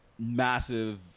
massive